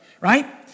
right